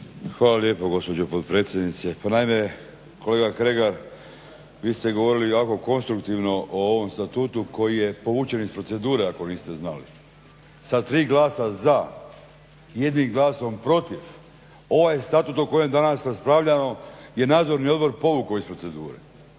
Hvala lijepo gospođo potpredsjednice. Pa naime kolega Kregar, vi ste govorili konstruktivno o ovom statutu koji je povučen iz procedure ako niste znali, sa 3 glasa za, 1 glasom protiv, ovaj statut o kojem danas raspravljamo je Nadzorni odbor povukao iz procedure